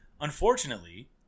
unfortunately